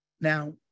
Now